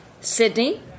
Sydney